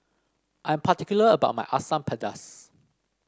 I am particular about my Asam Pedas